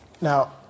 Now